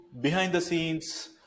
behind-the-scenes